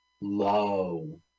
low